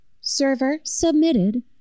server-submitted